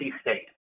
State